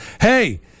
hey